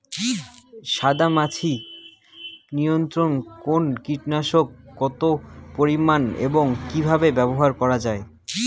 সাদামাছি নিয়ন্ত্রণে কোন কীটনাশক কত পরিমাণে এবং কীভাবে ব্যবহার করা হয়?